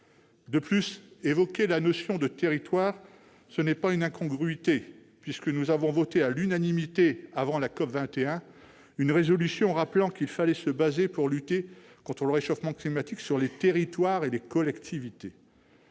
d'évoquer la notion de territoire, puisque nous avons voté, à l'unanimité, avant la COP 21, une résolution rappelant qu'il fallait se fonder, pour lutter contre le réchauffement climatique, sur les territoires et les collectivités.